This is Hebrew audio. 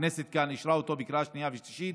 הכנסת כאן אישרה אותו בקריאה שנייה ושלישית